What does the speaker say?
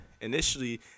Initially